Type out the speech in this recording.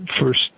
first